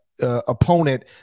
opponent